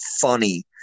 funny